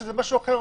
זה משהו אחר.